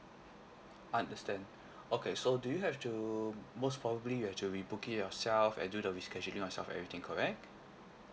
understand okay so do you have to most probably you have to re-book it yourself and do the rescheduling yourself everything correct